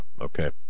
Okay